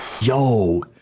yo